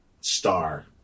star